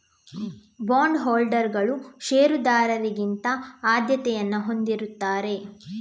bond ಹೋಲ್ಡರುಗಳು ಷೇರುದಾರರಿಗಿಂತ ಆದ್ಯತೆಯನ್ನು ಹೊಂದಿರುತ್ತಾರೆ